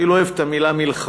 אני לא אוהב את המילה מלחמה,